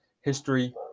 history